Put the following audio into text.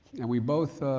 and we both,